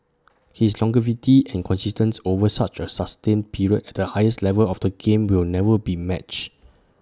his longevity and consistency over such A sustained period at the highest level of the game will never be matched